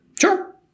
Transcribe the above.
Sure